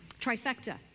Trifecta